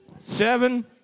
seven